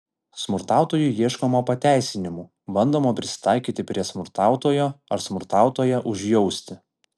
smurtautojui ieškoma pateisinimų bandoma prisitaikyti prie smurtautojo ar smurtautoją užjausti